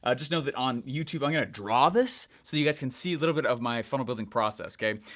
ah just know that on youtube i'm gonna draw this, so you guys can see a little bit of my funnel building process. okay,